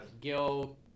Gil